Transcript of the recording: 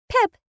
Pip